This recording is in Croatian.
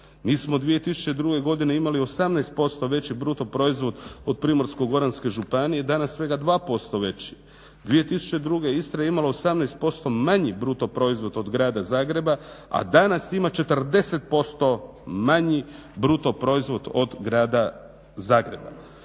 Mi smo 2002. godine imali 18% imali veći BDP od Primorsko-goranske županije, danas svega 2% veći. 2002. Istra je imala 18% manji BDP od grada Zagreba, a danas ima 40% manji BDP od grada Zagreba.